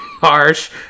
harsh